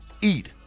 eat